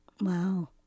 Wow